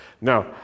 Now